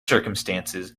circumstances